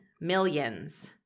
Millions